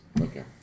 Okay